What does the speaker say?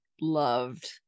loved